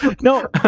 No